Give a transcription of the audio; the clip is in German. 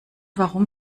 warum